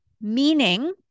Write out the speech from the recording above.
meaning